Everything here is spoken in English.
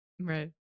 Right